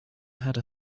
had